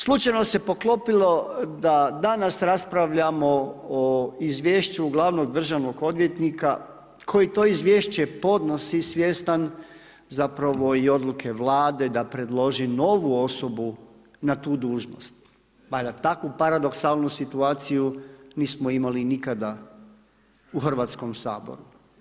Slučajno se poklopilo da danas raspravljamo o izvješću glavnog državnog odvjetnika koji to izvješće podnosi svjestan i odluke Vlade da predloži novu osobu na tu dužnost, mada takvu paradoksalnu situaciju nismo imali nikada u Hrvatskom saboru.